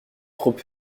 trop